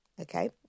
Okay